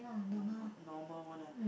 normal normal one ah